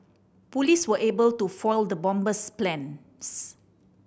police were able to foil the bomber's plans